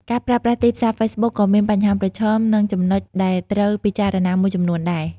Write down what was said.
ការប្រើប្រាស់ទីផ្សារហ្វេសប៊ុកក៏មានបញ្ហាប្រឈមនិងចំណុចដែលត្រូវពិចារណាមួយចំនួនដែរ។